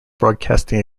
broadcasting